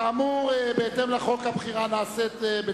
כאמור, בהתאם לחוק, הבחירה היא חשאית.